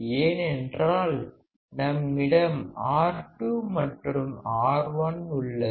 ஏனென்றால் நம்மிடம் R2 மற்றும் R1 உள்ளது